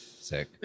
Sick